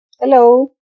Hello